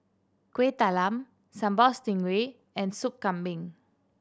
Kuih Talam Sambal Stingray and Sop Kambing